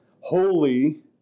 holy